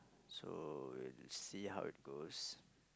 so will see how it goes